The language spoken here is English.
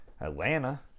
Atlanta